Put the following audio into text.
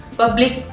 public